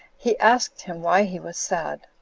he asked him why he was sad.